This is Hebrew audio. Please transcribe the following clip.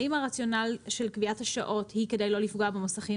האם הרציונל של קביעת השעות היא כדי לא לפגוע במוסכים